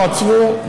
ישר עצרו,